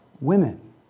women